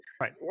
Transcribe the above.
right